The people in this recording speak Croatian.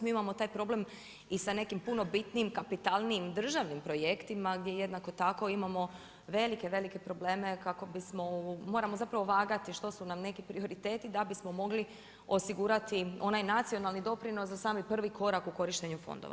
Mi imamo taj problem i sa nekim puno bitnijim kapitalnijim državnim projektima gdje jednako tako imamo velike, velike probleme kako bismo moramo vagati što su nam neki prioriteti da bismo mogli osigurati onaj nacionalni doprinos za sami prvi korak u korištenju fondova.